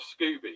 Scooby